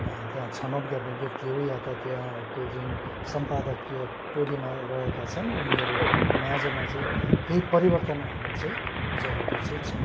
त्यहाँ छनौट गर्ने व्यक्तिहरू या त त्यहाँको जुन सम्पादकीय टोलीमा रहेका छन् उनीहरूमाझमा चाहिँ केही परिवर्तन आउन चाहिँ जरूरी चाहिँ छ